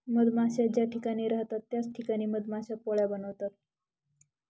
मधमाश्या ज्या ठिकाणी राहतात त्याच ठिकाणी मधमाश्या पोळ्या बनवतात